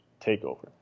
takeover